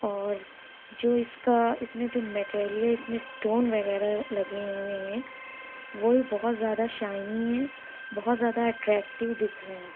اور جو اِس کا اِس میں جو اِس میں اسٹون وغیرہ لگے ہوئے ہیں وہ بھی بہت زیادہ شائنی ہیں بہت زیادہ اٹریکٹو دکھ رہے ہیں